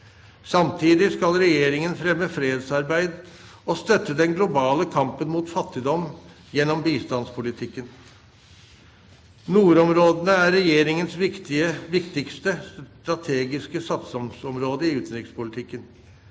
Samtidig skal regjeringen fremme fredsarbeid og støtte den globale kampen mot fattigdom gjennom bistandspolitikken. Nordområdene er regjeringens viktigste strategiske satsingsområde i utenrikspolitikken.